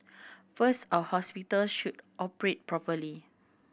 first our hospitals should operate properly